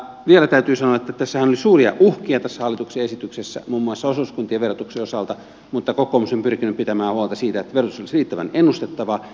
vielä täytyy sanoa että tässä hallituksen esityksessähän oli suuria uhkia muun muassa osuuskuntien verotuksen osalta mutta kokoomus on pyrkinyt pitämään huolta siitä että verotus olisi riittävän ennustettavaa